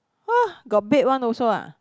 !wah! got baked one also ah